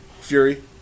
Fury